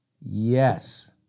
Yes